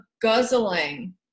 guzzling